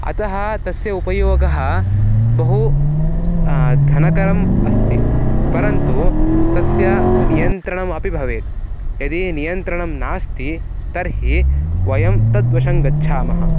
अतः तस्य उपयोगः बहु धनकरम् अस्ति परन्तु तस्य नियन्त्रणमपि भवेत् यदि नियन्त्रणं नास्ति तर्हि वयं तद्वशं गच्छामः